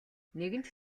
нэгэнт